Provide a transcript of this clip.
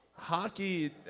Hockey